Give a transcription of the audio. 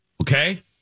Okay